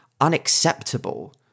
unacceptable